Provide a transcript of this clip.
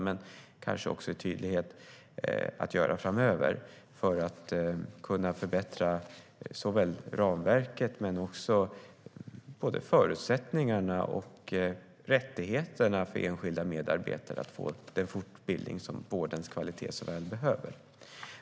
Det handlar kanske också om en tydlighet framöver när det gäller att förbättra ramverket men också förutsättningarna och rättigheterna för enskilda medarbetare att få den fortbildning som så väl behövs för vårdens kvalitet.